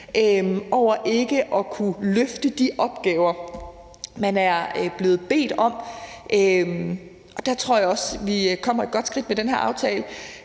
over ikke at kunne løfte de opgaver, man er blevet bedt om at løfte, og der tror jeg også, vi kommer et godt skridt med den her aftale.